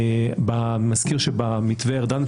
אני מזכיר שבמתווה ארדן,